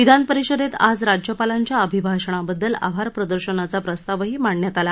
विधानपरिषदेत आज राज्यपालांच्या अभिभाषणाबद्दल आभारप्रदर्शनाचा प्रस्तावही मांडण्यात आला